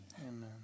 Amen